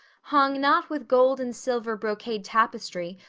hung not with gold and silver brocade tapestry,